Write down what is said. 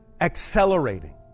accelerating